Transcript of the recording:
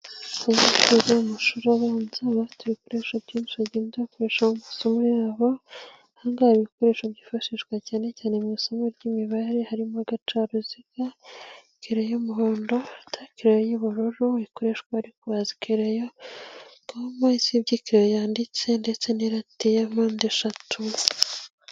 Abana bo mu mashuri abanza, baba bafite ibikoresho byinshi bigenda bibafasha mu masomo yabo, ahangaga hari ibikoresho byifashishwa cyane cyane mu isomo ry'imibare, harimo agacaruziga, ikereyo y'umuhondo, anti-kereyo y'ubururu ikoreshwa bari kubaza ikereyo, kompa ifite ikereyo irambitse ndetse n'ikereyo ya mpande eshatu.